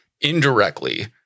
indirectly